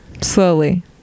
Slowly